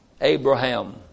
Abraham